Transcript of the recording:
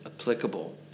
applicable